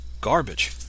garbage